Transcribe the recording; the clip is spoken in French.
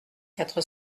quatre